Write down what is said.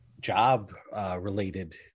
job-related